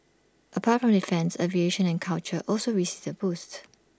apart from defence aviation and culture also received the boost